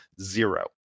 zero